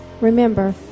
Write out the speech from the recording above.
Remember